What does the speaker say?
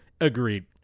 agreed